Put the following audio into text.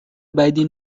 بدی